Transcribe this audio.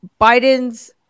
Biden's